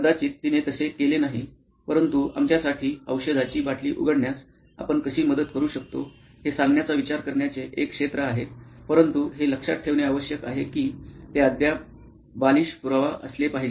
कदाचित तिने तसे केले नाही परंतु आमच्यासाठी औषधाची बाटली उघडण्यास आपण कशी मदत करू शकतो हे सांगण्याचा विचार करण्याचे एक क्षेत्र आहे परंतु हे लक्षात ठेवणे आवश्यक आहे की ते अद्याप बालिश पुरावा असले पाहिजे